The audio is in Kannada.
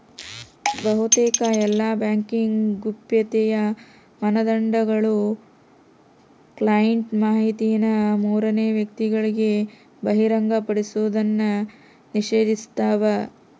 ಬಹುತೇಕ ಎಲ್ಲಾ ಬ್ಯಾಂಕಿಂಗ್ ಗೌಪ್ಯತೆಯ ಮಾನದಂಡಗುಳು ಕ್ಲೈಂಟ್ ಮಾಹಿತಿನ ಮೂರನೇ ವ್ಯಕ್ತಿಗುಳಿಗೆ ಬಹಿರಂಗಪಡಿಸೋದ್ನ ನಿಷೇಧಿಸ್ತವ